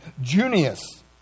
Junius